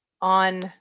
on